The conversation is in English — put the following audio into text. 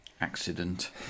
accident